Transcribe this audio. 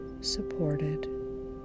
supported